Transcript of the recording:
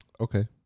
okay